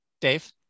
Dave